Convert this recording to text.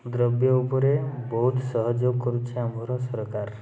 ଦ୍ରବ୍ୟ ଉପରେ ବହୁତ ସହଯୋଗ କରୁଛି ଆମର ସରକାର